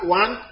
one